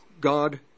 God